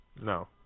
No